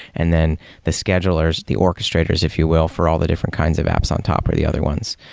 and then the schedulers, the orchestrators, if you will, for all the different kinds of apps on top were the other ones.